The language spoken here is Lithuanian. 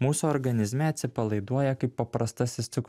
mūsų organizme atsipalaiduoja kaip paprastasis cukrus